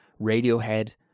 Radiohead